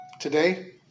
Today